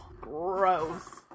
gross